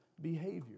Behavior